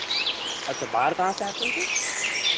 अच्छा बाहर कहाँ से आते हैं सर